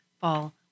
fall